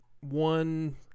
one